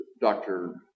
Dr